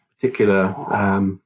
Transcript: particular